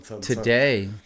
today